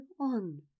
on